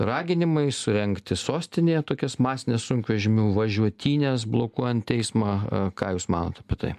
raginimai surengti sostinėje tokias masines sunkvežimių važiuotynes blokuojant eismą ką jūs manot apie tai